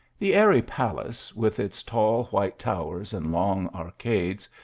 the airy palace with its tall white towers and long arcades,